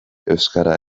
euskara